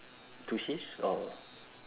two shifts or